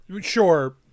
Sure